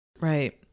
Right